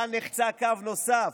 כאן נחצה קו נוסף,